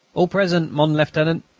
all present, mon lieutenant!